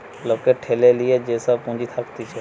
লোকের ঠেলে লিয়ে যে সব পুঁজি থাকতিছে